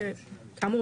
שכאמור,